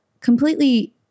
completely